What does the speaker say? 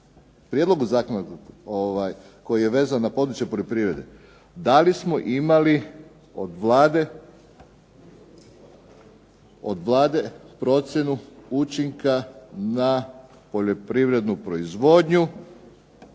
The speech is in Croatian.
Prijedlogu zakona koji je vezan za područje poljoprivrede. Da li smo imali od Vlade procjenu učinka na poljoprivrednu proizvodnju